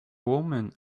women